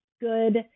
good